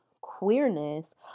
queerness